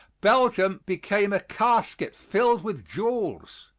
belgium became a casket filled with jewels.